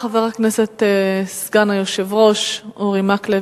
חבר הכנסת סגן היושב-ראש אורי מקלב,